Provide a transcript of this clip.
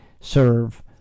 serve